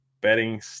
betting